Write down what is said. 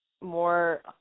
more